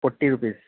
forty rupees